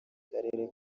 karere